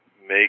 make